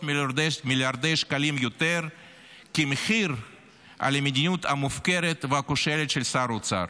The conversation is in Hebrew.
מיליארדי שקלים יותר כמחיר על המדיניות המופקרת והכושלת של שר האוצר,